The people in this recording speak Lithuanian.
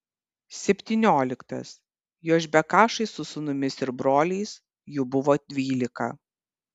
septynioliktas jošbekašai su sūnumis ir broliais jų buvo dvylika